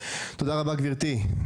תודה רבה, גברתי.